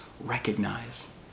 recognize